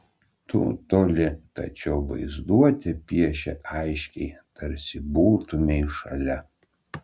tu toli tačiau vaizduotė piešia aiškiai tarsi būtumei šalia